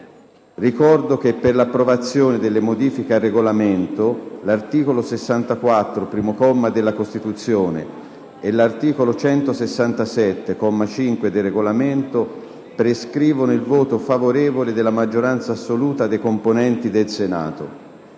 Ricordo che per l'approvazione delle modifiche al Regolamento, l'articolo 64, primo comma, della Costituzione e l'articolo 167, comma 5, del Regolamento prescrivono il voto favorevole della maggioranza assoluta dei componenti del Senato,